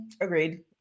Agreed